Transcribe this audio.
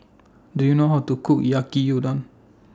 Do YOU know How to Cook Yaki Udon